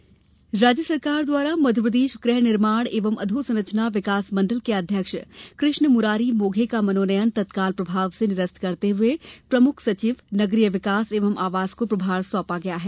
मनोनयन निरस्त राज्य शासन द्वारा मध्यप्रदेश गृह निर्माण एवं अधोसंरचना विकास मण्डल के अध्यक्ष कृष्ण मुरारी मोधे का मनोनयन तत्काल प्रभाव से निरस्त करते हुए प्रमुख सचिव नगरीय विकास एवं आवास को प्रभार सौंपा गया है